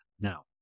now